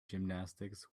gymnastics